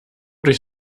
durch